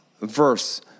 verse